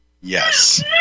Yes